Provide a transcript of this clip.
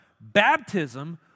baptism